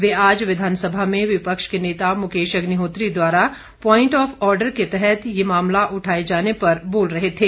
वे आज विधानसभा में विपक्ष के नेता मुकेश अग्निहोत्री द्वारा प्वाइंट आफ आर्डर के तहत ये मामला उठाए जाने पर बोल रहे थे